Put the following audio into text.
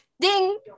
Ding